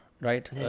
Right